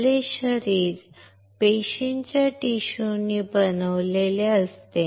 आपले शरीर पेशींच्या टिश्यू नी बनलेले असते